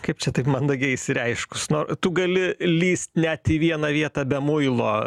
kaip čia taip mandagiai išsireiškus no tu gali lįst net į vieną vietą be muilo